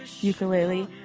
ukulele